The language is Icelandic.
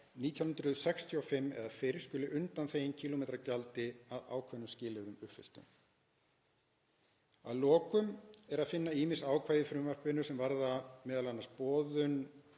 1965 eða fyrr, skuli undanþegin kílómetragjaldi að ákveðnum skilyrðum uppfylltum. Að lokum er að finna ýmis ákvæði í frumvarpinu sem varða m.a. boðun